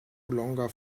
longer